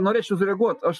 norėčiau sureaguot aš